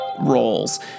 roles